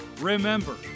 Remember